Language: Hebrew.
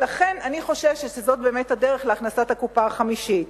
ולכן אני חוששת שזאת באמת הדרך להכנסת הקופה החמישית.